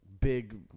Big